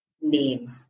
Name